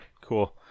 cool